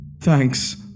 Thanks